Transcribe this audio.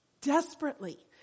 desperately